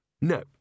No